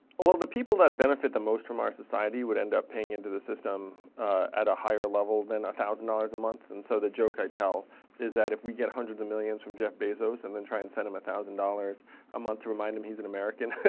well, the people that benefit the most from our society would end up paying into the system at a higher level than one thousand dollars a month. and so the joke i tell is that if we get hundreds of millions from jeff bezos and then try and send him a thousand dollars a month to remind him he's an american,